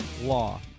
law